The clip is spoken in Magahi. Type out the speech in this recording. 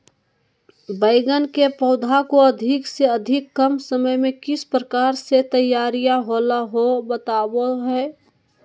बैगन के पौधा को अधिक से अधिक कम समय में किस प्रकार से तैयारियां होला औ बताबो है?